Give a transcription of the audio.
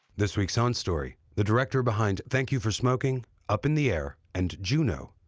this week's on story, the director behind thank you for smoking, up in the air and juno,